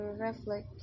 reflect